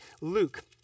Luke